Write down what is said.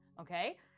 Okay